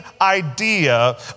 idea